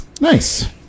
nice